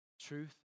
truth